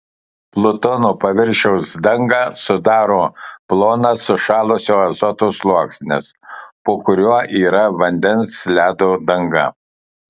plutono paviršiaus dangą sudaro plonas sušalusio azoto sluoksnis po kuriuo yra vandens ledo danga